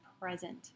present